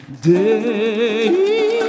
day